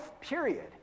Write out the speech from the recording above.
Period